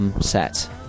set